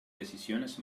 decisiones